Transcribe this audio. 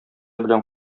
белән